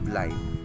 life